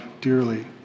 dearly